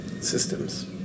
systems